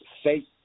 state